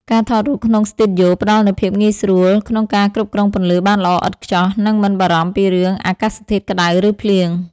ការថតរូបក្នុងស្ទូឌីយ៉ូផ្ដល់នូវភាពងាយស្រួលក្នុងការគ្រប់គ្រងពន្លឺបានល្អឥតខ្ចោះ និងមិនបារម្ភពីរឿងអាកាសធាតុក្ដៅ ឬភ្លៀង។